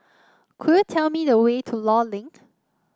could you tell me the way to Law Link